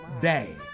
day